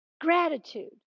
Gratitude